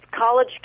college